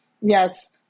yes